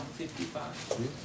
fifty-five